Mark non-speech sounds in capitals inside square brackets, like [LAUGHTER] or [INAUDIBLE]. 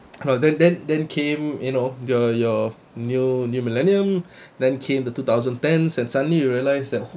cause then then then came you know your your new new millennium [BREATH] then came the two thousand ten's and suddenly you realise that